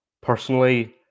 personally